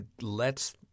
lets